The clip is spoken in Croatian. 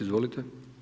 Izvolite.